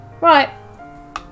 Right